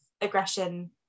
aggression